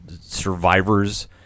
survivors